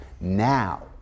now